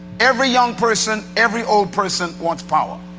every young person, every old person wants power.